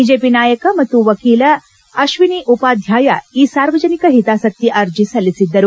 BJP ನಾಯಕ ಮತ್ತು ವಕೀಲ ಅಶ್ವಿನಿ ಉಪಾಧ್ಯಾಯ ಈ ಸಾರ್ವಜನಿಕ ಹಿತಾಸಕ್ತಿ ಅರ್ಜಿ ಸಲ್ಲಿಸಿದ್ದರು